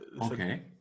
Okay